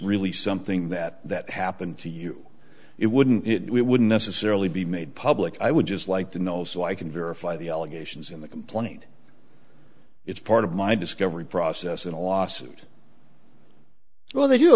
really something that that happened to you it wouldn't it wouldn't necessarily be made public i would just like to know so i can verify the allegations in the complaint it's part of my discovery process in a lawsuit